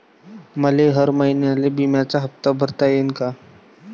मले हर महिन्याले बिम्याचा हप्ता भरता येईन का?